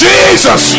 Jesus